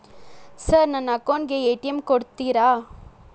Sir ನನ್ನ account ಗೆ ATM ಕೊಡುತ್ತೇರಾ?